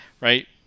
right